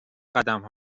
قدم